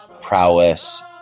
prowess